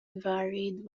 varied